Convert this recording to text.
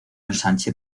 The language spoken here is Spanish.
ensanche